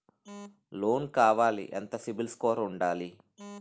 Loan కావాలి ఎంత CIBIL score ఉండాలి?